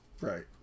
Right